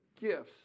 gifts